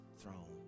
throne